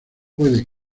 puede